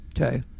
okay